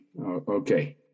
okay